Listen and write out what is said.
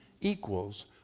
equals